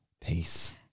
peace